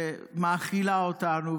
מאכילה אותנו,